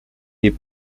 les